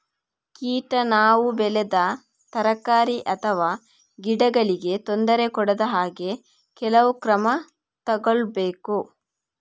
ಕೀಟ ನಾವು ಬೆಳೆದ ತರಕಾರಿ ಅಥವಾ ಗಿಡಗಳಿಗೆ ತೊಂದರೆ ಕೊಡದ ಹಾಗೆ ಕೆಲವು ಕ್ರಮ ತಗೊಳ್ಬೇಕು